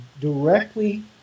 directly